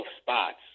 spots